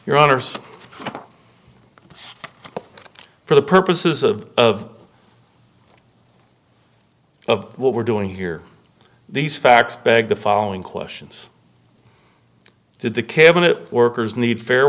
your honour's for the purposes of of of what we're doing here these facts beg the following questions did the cabinet workers need fair